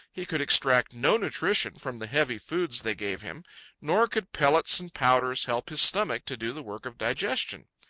he could extract no nutrition from the heavy foods they gave him nor could pellets and powders help his stomach to do the work of digestion.